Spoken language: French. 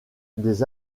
des